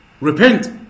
repent